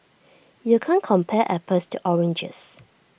you can't compare apples to oranges